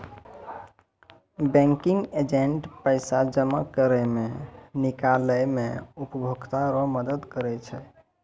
banking agent पैसा जमा करै मे, निकालै मे उपभोकता रो मदद करै छै